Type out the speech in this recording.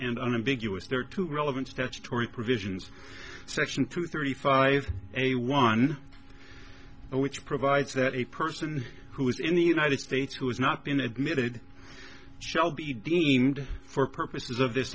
and unambiguous there are two relevant statutory provisions section two thirty five a one which provides that a person who is in the united states who has not been admitted shall be deemed for purposes of this